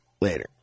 later